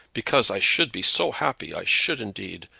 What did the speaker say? because i should be so happy i should indeed.